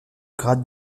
grade